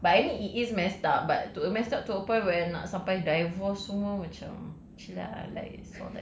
so ya but I mean it is messed up but messed up to a point that nak sampai divorce semua macam